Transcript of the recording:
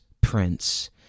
Prince